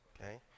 okay